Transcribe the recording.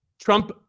Trump